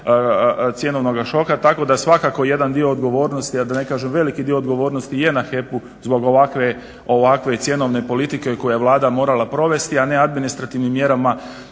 cjenovnoga šoka tako da svakako jedan dio odgovornosti a da ne kažem velike odgovornosti je na HEP-u zbog ovakve cjenovne politike koju je Vlada morala provesti a ne administrativnim mjerama